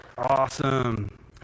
Awesome